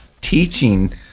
teaching